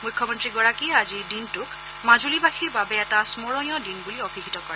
মুখ্যমন্ত্ৰীগৰাকীয়ে আজিৰ দিনটোক মাজুলীবাসীৰ বাবে এটা স্মৰণীয় দিন বুলি অভিহিত কৰে